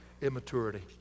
immaturity